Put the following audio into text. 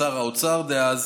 לשר האוצר דאז